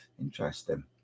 Interesting